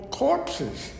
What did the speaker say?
corpses